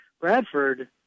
Bradford